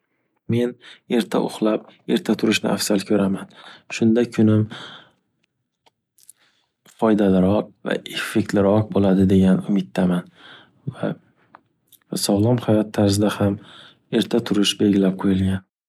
Men erta uxlab erta turishni afzal ko’raman. Shunda kunim foydaliroq va effektliroq bo’ladi degan umiddaman. Va va sog’lom hayot tarzida ham erta turish belgilab qo’yilgan.